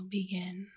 begin